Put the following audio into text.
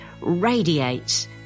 radiates